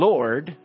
Lord